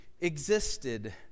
existed